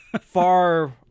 far